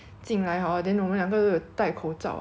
then 他的他也是有戴口罩可是他的口罩 hor